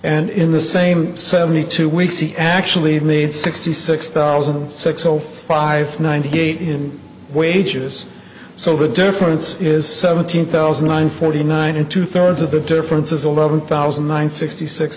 and in the same seventy two weeks he actually made sixty six thousand six o five ninety eight in wages so the difference is seventeen thousand nine forty nine in two thirds of the difference is eleven thousand nine hundred sixty six